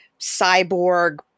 cyborg